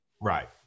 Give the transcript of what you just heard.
Right